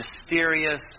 mysterious